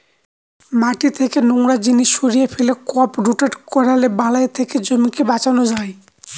মাটি থেকে নোংরা জিনিস সরিয়ে ফেলে, ক্রপ রোটেট করলে বালাই থেকে জমিকে বাঁচানো যায়